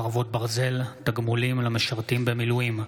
חרבות ברזל) (תגמולים למשרתים במילואים),